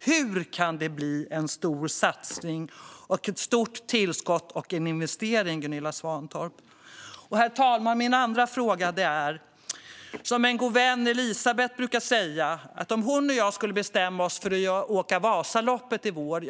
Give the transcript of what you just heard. Hur kan det bli en stor satsning, ett stort tillskott och en investering, Gunilla Svantorp? Herr talman! Sedan har jag en annan fråga. En god vän, Elisabet, brukar säga att det skulle vara en utmaning om hon och jag skulle bestämma oss för att åka Vasaloppet i vår.